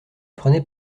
prenais